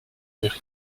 vers